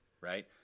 Right